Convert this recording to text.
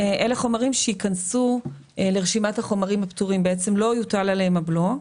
אלה חומרים שייכנסו לרשימת החומרים הפטורים ובעצם לא יוטל עליהם הבלו.